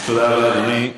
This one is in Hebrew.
תודה רבה, אדוני.